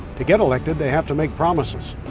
to get elected, they have to make promises.